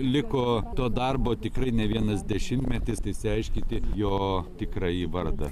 liko to darbo tikrai ne vienas dešimtmetis tai išsiaiškinti jo tikrąjį vardą